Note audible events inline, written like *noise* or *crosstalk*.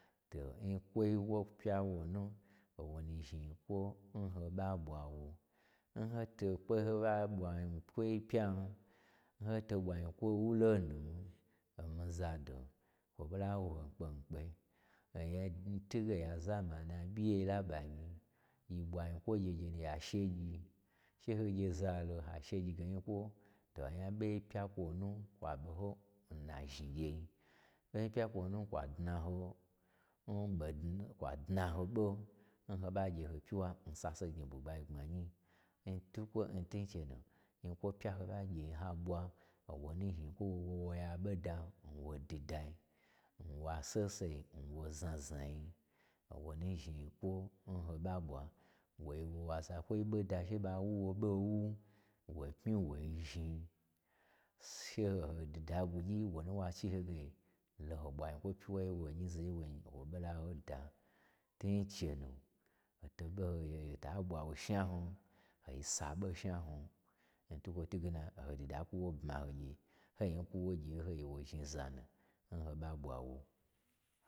To nyi kwoi wo pya nwonu, wonu zhni nyikwon ho ɓa ɓwawo. N hoto kpe sheho ɓa ɓwa nyikwoi pyan, n hoto ɓwa nyikwo n wolo nu, omii zado, kwo ɓo la ho wo nkpen, kpe, hoye n twuge oya zamani aɓyi ye nyi laɓa nyi, hyi ɓwa nyi kwo gyegye nu ya shegyi, she ho gye za lo ha shegyi ge nyikwo, to ɓei pya kwonu n kwa ɓo hon nazhni ghye, ɓei pya kwonu nkwa dna hon *unintelligible* kwa dna hoɓo n ho ɓa gye ho pyiwa n sase gnyi n bwugbai gbmanyi. N twukwo ntunchenu, nyi kwo pya n ho ɓa gye ha ɓwa, o wonu zhni nyikwo n wo wo woya ɓoda nwo didai n wa sese, nwo znazna yi owo, nu zhni nyikwon ho ɓa ɓwa, woi wo wa za kwoi ɓoda she ɓa wo wo ɓon wu, wo pmi woi zhni she oho dida ɓwugyi wonu n wa chi hoge, lo ho ɓwa nyi kwo n pyiwa yen wo nyi, zaye nwo nyi o wo ɓo la hoda. Tun chenu, ɦoto ɓoho-hota ɓwa wo n shna hnu hoi saɓo nshna hnu, ntwukwo twuge na o ha dida kwu wo bma ho gye, hoi kwu wo gye wye ho gye wo zhni zanu n ho ɓa ɓwa wo.